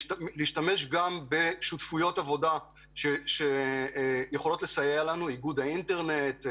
להשתמש גם בשותפויות עבודה שיכולות לסייע לנו איגוד האינטרנט,